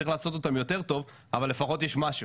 צריך לעשות אותם יותר טוב אבל לפחות יש משהו.